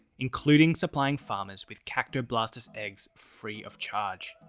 including supplying farmers with cactoblastis eggs free of charge.